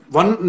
one